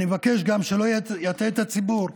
אני מבקש גם שלא יטעה את הציבור,